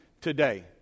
today